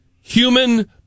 human